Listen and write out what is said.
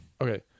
Okay